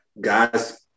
guys